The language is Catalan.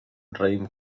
raïm